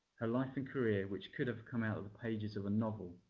her life and career, which could have come out of the pages of a novel,